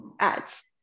ads